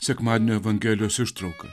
sekmadienio evangelijos ištrauką